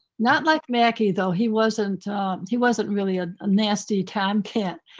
not like mackie though. he wasn't he wasn't really a nasty tomcat.